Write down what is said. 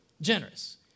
Generous